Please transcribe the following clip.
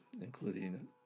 including